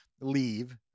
leave